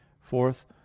Fourth